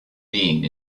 being